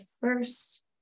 first